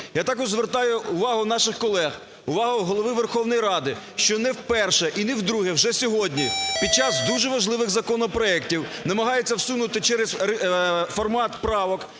Я також звертаю увагу наших колег, увагу Голови Верховної Ради, що не вперше і не вдруге вже сьогодні під час дуже важливих законопроектів намагаються всунути через формат правок